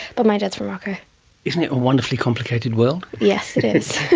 but my dad is from morocco. isn't it a wonderfully complicated world? yes, it is.